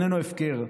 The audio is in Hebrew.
איננו הפקר.